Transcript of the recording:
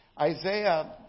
Isaiah